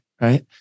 right